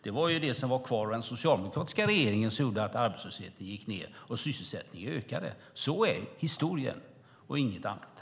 Det var vad som var kvar av den socialdemokratiska regeringens politik som gjorde att arbetslösheten sjönk och sysselsättningen ökade. Så är historien - inget annat.